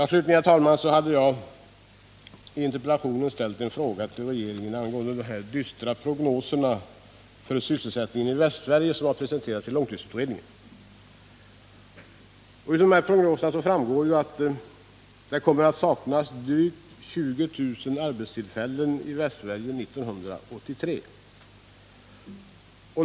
Slutligen, herr talman, har jag i interpellationen ställt en fråga till regeringen angående de dystra prognoser för sysselsättningen i Västsverige som har presenterats i långtidsutredningen. Av dessa prognoser framgår att det 1983 kommer att saknas drygt 20 000 arbetstillfällen i de västsvenska länen.